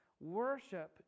Worship